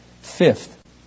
Fifth